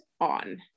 on